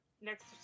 next